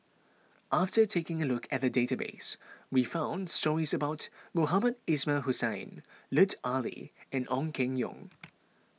after taking a look at the database we found stories about Mohamed Ismail Hussain Lut Ali and Ong Keng Yong